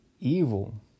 evil